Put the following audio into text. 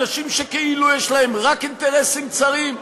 אנשים שכאילו יש להם רק אינטרסים צרים,